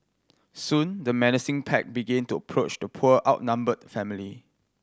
soon the menacing pack began to approach the poor outnumbered family